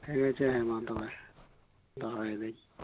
ᱦᱮᱸ ᱢᱟ ᱛᱚᱵᱮ ᱫᱚᱦᱚᱭᱫᱤᱧ